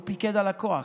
הוא פיקד על הכוח,